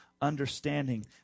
understanding